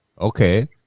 Okay